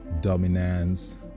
dominance